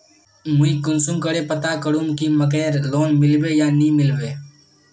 मुई कुंसम करे पता करूम की मकईर लोन मिलबे या नी मिलबे?